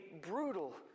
brutal